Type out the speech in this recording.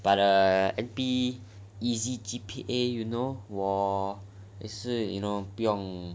but err N_P easy G_P_A you know 我也是不用